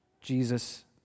Jesus